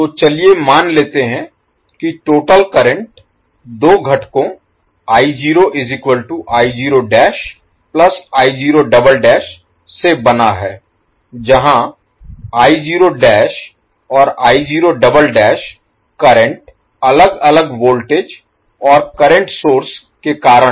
तो चलिए मान लेते हैं कि टोटल Total कुल करंट दो घटकों से बना है जहाँ और करंट अलग अलग वोल्टेज और करंट सोर्स के कारण है